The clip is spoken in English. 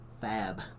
fab